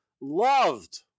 loved